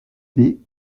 baie